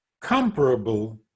comparable